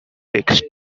text